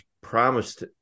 promised